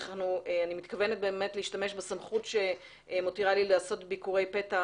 אני מתכוונת להשתמש בסמכות שמתירה לי לעשות ביקורי פתע